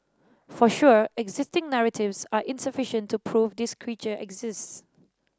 for sure existing narratives are insufficient to prove this creature exists